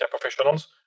professionals